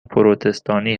پروتستانی